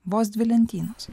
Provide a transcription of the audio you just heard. vos dvi lentynos